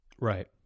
Right